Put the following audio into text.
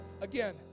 Again